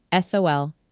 SOL